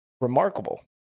remarkable